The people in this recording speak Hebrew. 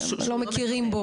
האם גם כאן יש מקרים דומים?